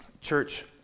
church